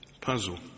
puzzle